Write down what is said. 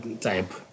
type